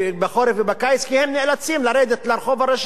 כי הם נאלצים לרדת לרחוב הראשי ומשם לקחת את האוטו,